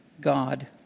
God